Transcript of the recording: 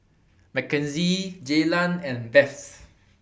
Mackenzie Jaylan and Beth